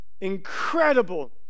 incredible